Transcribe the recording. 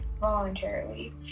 voluntarily